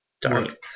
Dark